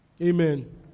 Amen